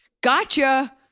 Gotcha